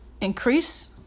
increase